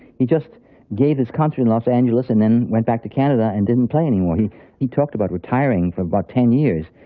he just gave his concert in los angeles and then went back to canada and didn't play any more. he he talked about retiring for about ten years,